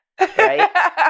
right